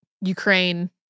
Ukraine